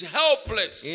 helpless